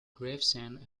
gravesend